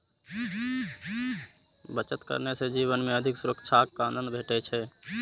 बचत करने सं जीवन मे अधिक सुरक्षाक आनंद भेटै छै